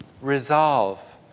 resolve